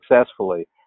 successfully